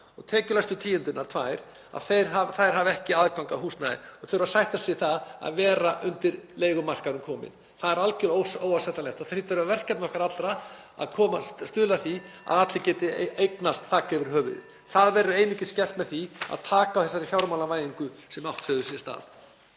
og tekjulægstu tíundirnar tvær hafi ekki aðgang að húsnæði og þurfi að sætta sig við það að vera upp á leigumarkaðinn komin. Það er algerlega óásættanlegt. Það hlýtur að vera verkefni okkar allra að stuðla að því að allir geti eignast þak yfir höfuðið. Það verður einungis gert með því að taka á þessari fjármálavæðingu sem átt hefur sér stað.